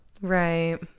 Right